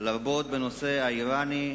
לרבות בנושא האירני,